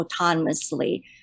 autonomously